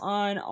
on